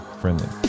friendly